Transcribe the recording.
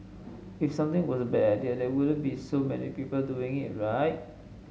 if something was bad idea there wouldn't be so many people doing it right